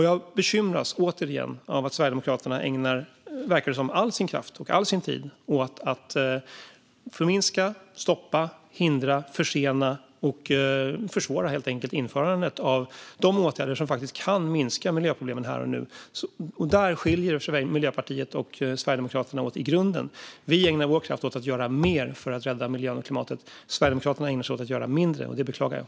Jag bekymras återigen av att Sverigedemokraterna ägnar all sin kraft och tid åt att försena, hindra, stoppa och försvåra införandet av åtgärder som faktiskt kan minska miljöproblemen här och nu. Här skiljer sig Miljöpartiet och Sverigedemokraterna åt i grunden. Vi ägnar vår kraft åt att göra mer för att rädda miljön och klimatet. Sverigedemokraterna ägnar sig åt att göra mindre, och det beklagar jag.